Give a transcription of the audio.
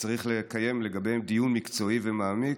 שצריך לקיים לגביהם דיון מקצועי ומעמיק,